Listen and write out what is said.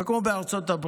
זה לא כמו בארצות הברית,